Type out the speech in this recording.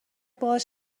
باهاش